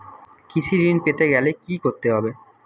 কৃষি ঋণ পেতে গেলে কি করতে হবে?